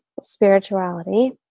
spirituality